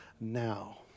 now